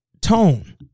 tone